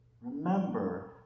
remember